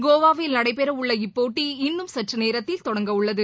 கோவாவில் நடைபெறவுள்ள இப்போட்டிஇன்னும் சற்றுநேரத்தில் தொடங்க உள்ளது